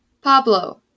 Pablo